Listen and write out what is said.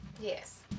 Yes